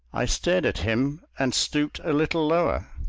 i stared at him and stooped a little lower.